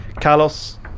Carlos